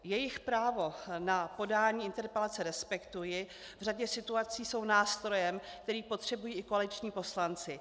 Jejich právo na podání interpelace respektuji, v řadě situací jsou nástrojem, který potřebují i koaliční poslanci.